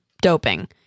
doping